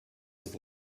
was